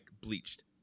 bleached